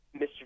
Mr